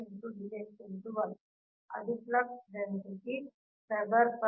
ಅಂದರೆ ಅದು ಫ್ಲಕ್ಸ್ densityಡೆನ್ಸಿಟಿ Wbm²dx